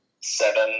seven